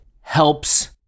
helps